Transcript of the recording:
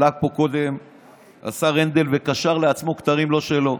השר הנדל עלה לפה קודם וקשר לעצמו כתרים שלא שלו,